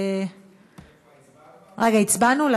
לא הצבענו.